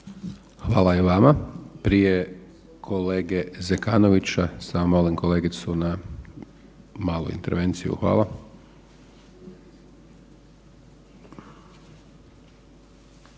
Hvala i vama. Prije kolege Zekanovića, samo molim kolegicu na malu intervenciju. Hvala.